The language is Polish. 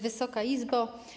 Wysoka Izbo!